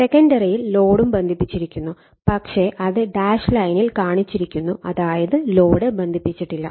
സെക്കഡറിയിൽ ലോഡും ബന്ധിപ്പിച്ചിരിക്കുന്നു പക്ഷേ അത് ഡാഷ് ലൈനിൽ കാണിച്ചിരിക്കുന്നു അതായത് ലോഡ് ബന്ധിപ്പിച്ചിട്ടില്ല